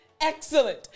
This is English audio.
excellent